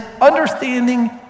understanding